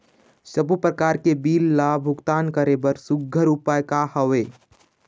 सबों प्रकार के बिल ला भुगतान करे बर सुघ्घर उपाय का हा वे?